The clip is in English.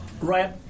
right